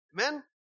Amen